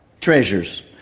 treasures